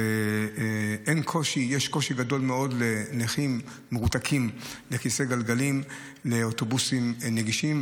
ויש קושי גדול מאוד לנכים מרותקים לכיסא גלגלים באוטובוסים נגישים.